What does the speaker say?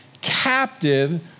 captive